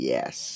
Yes